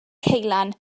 ceulan